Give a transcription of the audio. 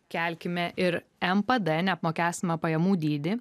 kelkime ir mpd neapmokestinamą pajamų dydį